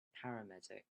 paramedic